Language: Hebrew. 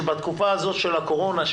שבתקופה הזאת של הקורונה,